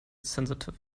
sensitive